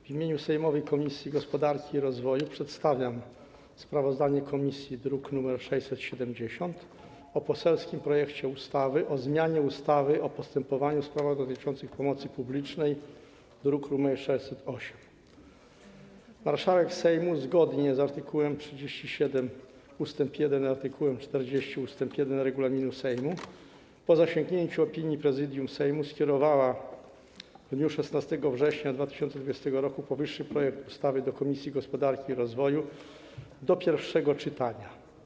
W imieniu sejmowej Komisji Gospodarki i Rozwoju przedstawiam sprawozdanie komisji, druk nr 670, o poselskim projekcie ustawy o zmianie ustawy o postępowaniu w sprawach dotyczących pomocy publicznej, druk nr 608. Marszałek Sejmu, zgodnie z art. 37 ust. 1 i art. 40 ust. 1 regulaminu Sejmu, po zasięgnięciu opinii Prezydium Sejmu skierowała w dniu 16 września 2020 r. powyższy projekt ustawy do Komisji Gospodarki i Rozwoju do pierwszego czytania.